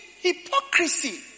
Hypocrisy